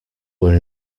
were